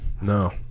no